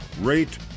rate